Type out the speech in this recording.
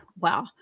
Wow